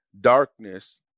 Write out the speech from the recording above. darkness